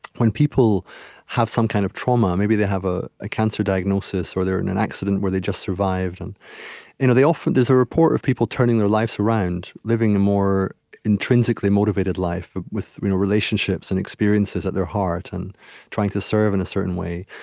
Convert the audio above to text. when people have some kind of trauma maybe they have a a cancer diagnosis, or they're in an accident where they just survive and you know there's a report of people turning their lives around, living a more intrinsically motivated life with you know relationships and experiences at their heart and trying to serve, in a certain way.